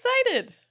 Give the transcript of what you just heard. excited